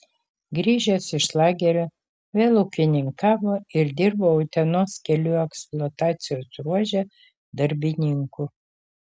grįžęs iš lagerio vėl ūkininkavo ir dirbo utenos kelių eksploatacijos ruože darbininku